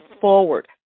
forward